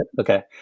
Okay